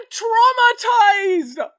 traumatized